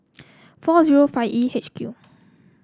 four zero five E H Q